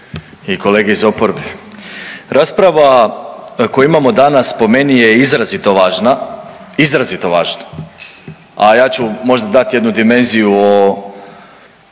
i kolege iz oporbe. Rasprava koju imamo danas po meni je izrazito važna, izrazito važna a ja ću možda dati jednu dimenziju o